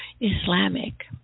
Islamic